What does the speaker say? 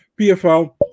PFL